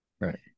right